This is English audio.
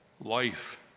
life